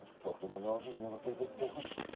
poking their noses in other peoples business.